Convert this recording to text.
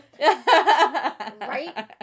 Right